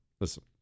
listen